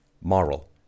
moral